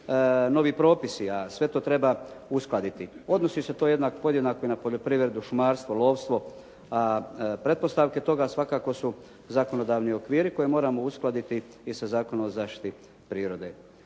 novi propisi, a sve to treba uskladiti. Odnosi se to podjednako i na poljoprivredu, šumarstvo, lovstvo a pretpostavke toga svakako su zakonodavni okviri koje moramo uskladiti i sa Zakonom o zaštiti prirode.